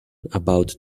about